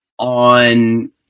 on